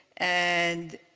and